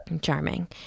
Charming